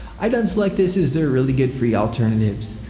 i'd unselect this as there are really good free alternatives.